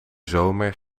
zomer